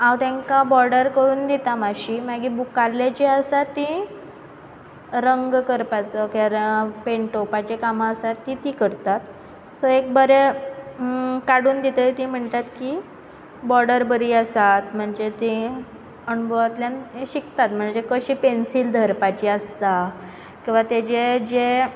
हांव तांकां बोर्डर करून दितां मातशीं मागीर मुखारलें जें आसा ती रंग करपाचो करा पेंटोवपाचो कामां आसा ती ती करतात सो एक बरें काडून दितकच तीं म्हणटात की बोर्डर बरी आसा म्हणजे ती अणभवांतल्यान शिकता म्हणजे कशी पेंसील धरपाची आसता किंवा तेजे जें